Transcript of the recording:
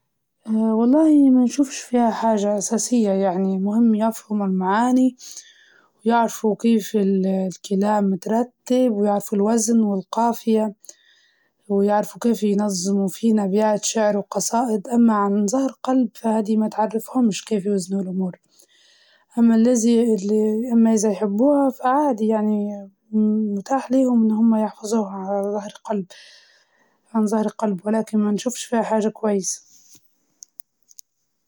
أكيد التاريخ مهم عشان نعرف دروس الماضي، ونفهمو كيف وصلنا للي نحنا فيه اليوم، من غير التاريخ ما نقدر نبني مستقبل قوي.